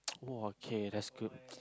!wah! K that's good